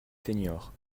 seniors